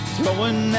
Throwing